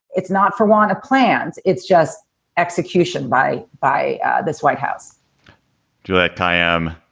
it's not for want of plans. it's just execution by by this white house juliette kayyem,